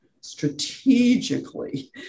strategically